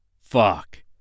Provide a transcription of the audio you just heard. Fuck